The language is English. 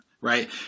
right